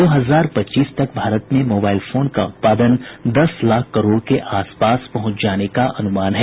दो हजार पच्चीस तक भारत में मोबाइल फोन का उत्पादन दस लाख करोड़ के आसपास पहुंच जाने का अनुमान है